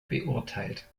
beurteilt